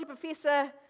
professor